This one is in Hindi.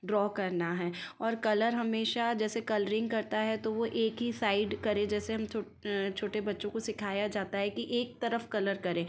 ड्रॉ करना है और कलर हमेशा जैसे कलरिंग करता है तो वह एक ही साइड करे जैसे हम छो छोटे बच्चों को सीखाया जाता है कि एक तरफ कलर करें